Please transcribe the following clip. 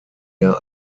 mehr